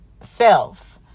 self